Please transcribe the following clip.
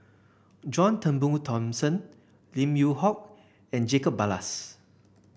John Turnbull Thomson Lim Yew Hock and Jacob Ballas